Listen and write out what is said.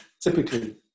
typically